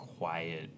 quiet